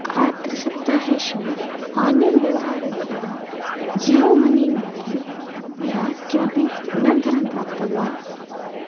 आत्रिसप्ताहेषु online व्यवहारेभ्यः Jio money मध्ये मया किमपि पुनर्धनं प्राप्तं वा